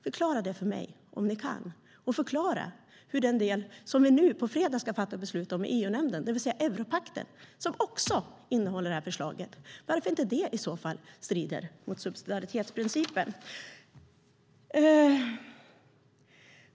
Förklara det för mig om ni kan! Förklara varför den del som vi nu på fredag ska fatta beslut om i EU-nämnden, det vill säga europakten som också innehåller detta förslag, inte strider mot subsidiaritetsprincipen!